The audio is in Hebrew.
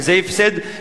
וזה הפסד,